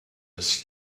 his